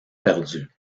perdue